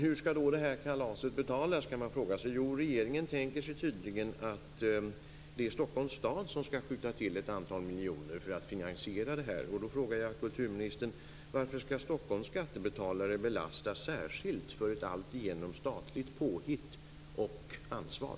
Hur skall det här kalaset betalas? Regeringen tänker sig tydligen att det är Stockholms stad som skall skjuta till ett antal miljoner för att finansiera detta. Stockholms skattebetalare belastas särskilt för ett alltigenom statligt påhitt och ansvar?